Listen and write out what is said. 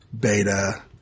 Beta